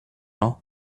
now